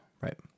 Right